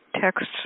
texts